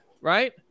right